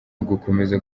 ugukomeza